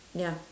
ya